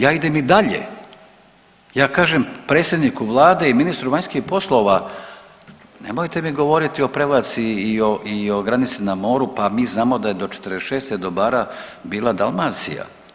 Ja idem i dalje, ja kažem predsjedniku Vlade i ministru vanjskih poslova, nemojte mi govoriti o Prevlaci i o granici na moru, pa mi znamo da je '46. do Bara bila Dalmacija.